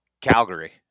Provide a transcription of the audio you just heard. Calgary